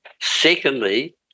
Secondly